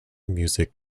music